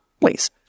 please